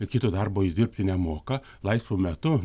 ir kito darbo jis dirbti nemoka laisvu metu